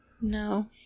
No